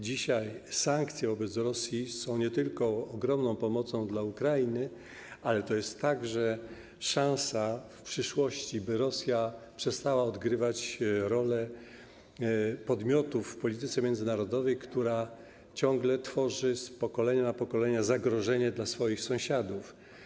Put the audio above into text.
Dzisiaj sankcje wobec Rosji są nie tylko ogromną pomocą dla Ukrainy, ale to jest także szansa w przyszłości, by Rosja przestała odgrywać rolę podmiotu w polityce międzynarodowej, która ciągle tworzy z pokolenia na pokolenie zagrożenie dla swoich sąsiadów.